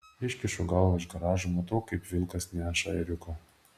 iškišu galvą iš garažo matau kaip vilkas neša ėriuką